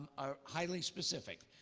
are highly specific.